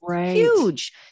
huge